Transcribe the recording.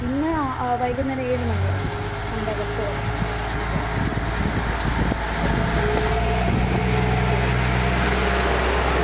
ഇന്ന് ആ വൈകുന്നേരം ഏഴ് മണി വരെയുണ്ട് മാഡം അതിന്റകത്ത് വന്നാൽ മതിയാവും അതെ അതെ ഓക്കെ ഓക്കെ ആ ശരി ma'am thank you thank you